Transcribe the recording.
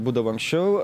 būdavo anksčiau